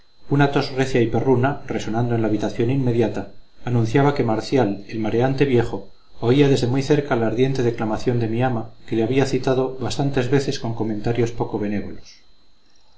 una tos recia y perruna resonando en la habitación inmediata anunciaba que marcial el mareante viejo oía desde muy cerca la ardiente declamación de mi ama que le había citado bastantes veces con comentarios poco benévolos